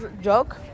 joke